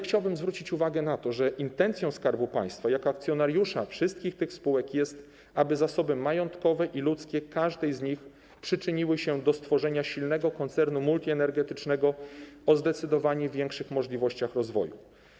Chciałbym zwrócić uwagę na to, że intencją Skarbu Państwa jako akcjonariusza wszystkich tych spółek jest, aby zasoby majątkowe i ludzkie każdej z nich przyczyniły się do stworzenia silnego koncernu multienergetycznego o zdecydowanie większych możliwościach rozwoju.